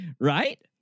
right